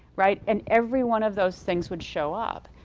right? and every one of those things would show up.